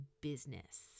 business